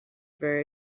very